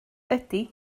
ydy